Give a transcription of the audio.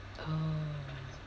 oh